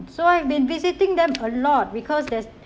so I've been visiting them a lot because that's